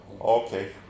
okay